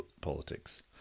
politics